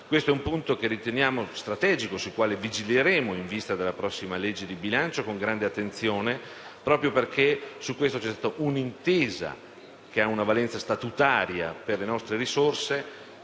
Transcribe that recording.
Questo è un punto che riteniamo strategico, sul quale vigileremo in vista della prossima legge di bilancio con grande attenzione, proprio perché su questo c'è stata un'intesa, che ha una valenza statutaria per le nostre risorse,